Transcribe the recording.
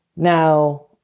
Now